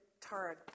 Tara